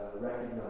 recognize